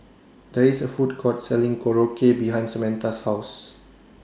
There IS A Food Court Selling Korokke behind Samatha's House